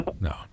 No